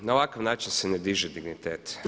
Na ovakav način se ne diže dignitet.